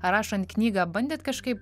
ar rašant knygą bandėt kažkaip